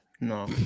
No